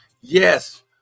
yes